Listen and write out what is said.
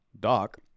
Doc